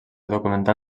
documentar